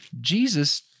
Jesus